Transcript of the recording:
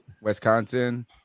Wisconsin